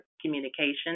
communication